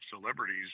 celebrities